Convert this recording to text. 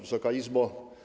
Wysoka Izbo!